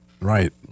right